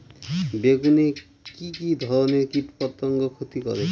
বেগুনে কি কী ধরনের কীটপতঙ্গ ক্ষতি করে?